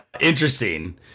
interesting